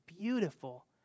beautiful